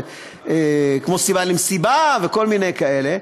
כמו "סיבה למסיבה" וכל מיני כאלה,